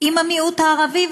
עם המיעוט הערבי,